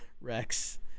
Rex